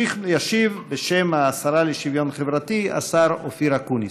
ישיב, בשם השרה לשוויון חברתי, השר אופיר אקוניס.